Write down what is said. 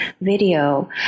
video